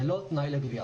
זהו לא תנאי לגבייה.